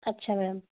ਅੱਛਾ ਮੈਮ